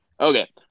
Okay